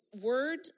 word